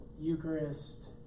Eucharist